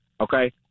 okay